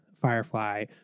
firefly